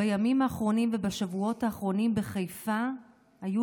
בימים האחרונים ובשבועות האחרונים היו בחיפה לא